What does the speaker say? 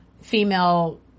female